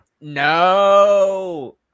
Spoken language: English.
No